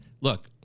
look